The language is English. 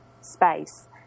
space